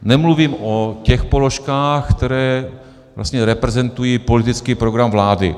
Nemluvím o těch položkách, které reprezentují politický program vlády.